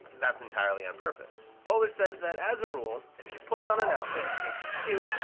that's entirely on purpose. poehler says that as a rule, if she puts on an outfit and thinks it's cute,